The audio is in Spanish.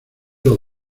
los